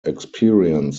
experience